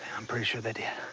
i'm pretty sure they did.